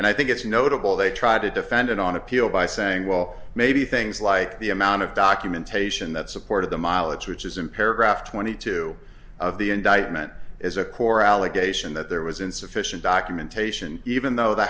and i think it's notable they try to defend it on appeal by saying well maybe things like the amount of documentation that supported the mileage which is in paragraph twenty two of the indictment is a core allegation that there was insufficient documentation even though th